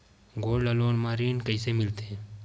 Gold loan म ऋण कइसे मिलथे?